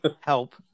help